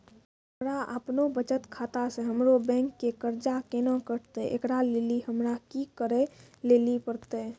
हमरा आपनौ बचत खाता से हमरौ बैंक के कर्जा केना कटतै ऐकरा लेली हमरा कि करै लेली परतै?